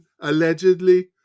allegedly